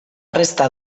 resta